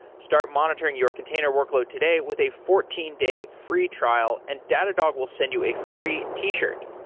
start monitoring your container workload today with a fourteen day free trial and datadog will send you a free t-shirt.